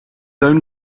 own